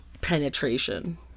penetration